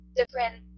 different